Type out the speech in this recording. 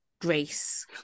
grace